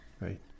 Right